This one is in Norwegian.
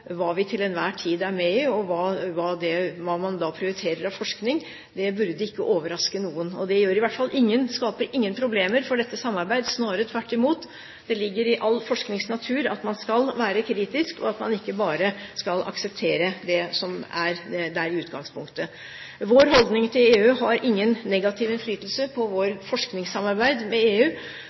vi til enhver tid er med i og hva man prioriterer av forskning. Det burde ikke overraske noen. Det skaper i hvert fall ingen problemer for dette samarbeidet, snarere tvert imot. Det ligger i all forsknings natur at man skal være kritisk, og at man ikke bare skal akseptere det som er der i utgangspunktet. Vår holdning til EU har ingen negativ innflytelse på vårt forskningssamarbeid med EU.